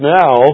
now